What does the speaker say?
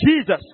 Jesus